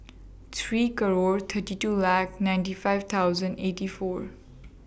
three twenty two laugh ninety five hundred eighty four